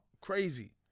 crazy